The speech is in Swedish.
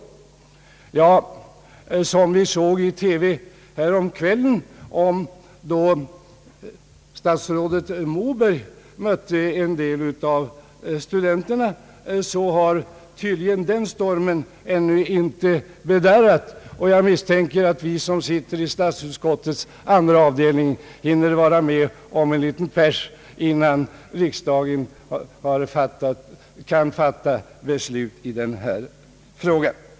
Ja, som ni såg i TV häromkvällen, då statsrådet Moberg mötte en del av studenterna, har tydligen den stormen ännu inte bedarrat. Jag misstänker att vi som sitter i statsutskottets andra avdelning hinner vara med om en liten pärs innan riksdagen kan fatta beslut i denna fråga.